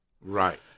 Right